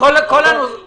אתם